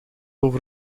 over